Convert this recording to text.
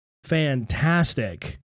fantastic